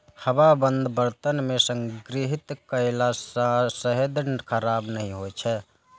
हवाबंद बर्तन मे संग्रहित कयला सं शहद खराब नहि होइ छै